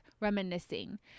reminiscing